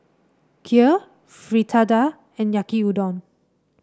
Kheer Fritada and Yaki Udon